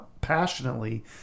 passionately